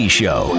show